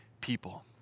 people